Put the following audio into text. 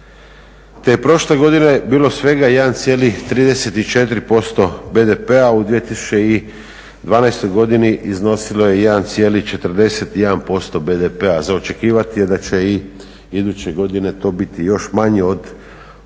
je prošle godine bilo svega 1,34% BDP-a u 2012. godini iznosilo je 1,41% BDP-a, za očekivati je da će i iduće godine to biti još manje od